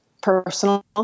personal